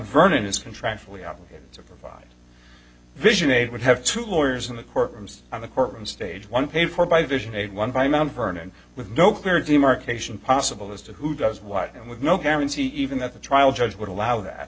vernon is contractually obligated to provide vision aid would have two lawyers in the courtrooms and the courtroom stage one paid for by vision and one by mount vernon with no clear demarcation possible as to who does what and with no guarantee even that the trial judge would allow that